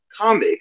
comic